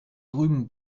drüben